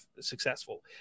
successful